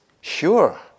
sure